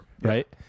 right